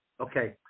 Okay